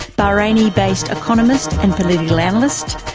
bahrain-based economist and political analyst,